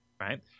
Right